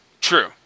True